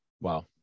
Wow